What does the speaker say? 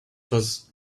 was